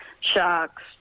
sharks